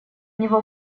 него